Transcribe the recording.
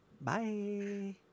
Bye